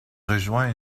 rejoint